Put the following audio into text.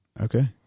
okay